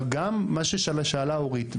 אבל גם מה ששאלה אורית,